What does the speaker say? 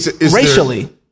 Racially